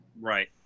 Right